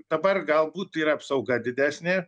dabar galbūt yra apsauga didesnė